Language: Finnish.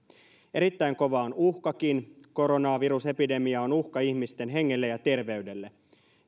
erittäin kova on uhkakin koronavirusepidemia on uhka ihmisten hengelle ja terveydelle